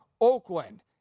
Oakland